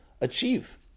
achieve